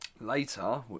later